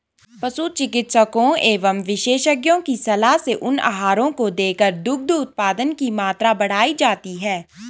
पशु चिकित्सकों एवं विशेषज्ञों की सलाह से उन आहारों को देकर दुग्ध उत्पादन की मात्रा बढ़ाई जाती है